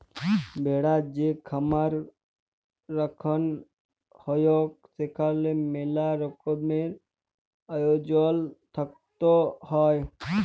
ভেড়ার যে খামার রাখাঙ হউক সেখালে মেলা রকমের আয়জল থাকত হ্যয়